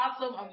awesome